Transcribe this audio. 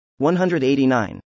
189